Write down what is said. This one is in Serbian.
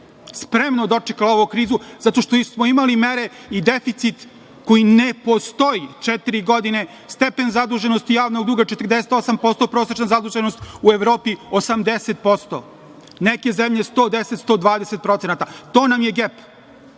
spremno dočekala ovu krizu zato što smo imali mere i deficit koji ne postoji četiri godine. Stepen zaduženosti javnog duga 48%, prosečna zaduženost u Evropi 80%. Neke zemlje, 110%, 120%. To nam je gep.